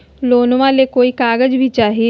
लोनमा ले कोई कागज भी चाही?